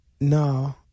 no